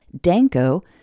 Danko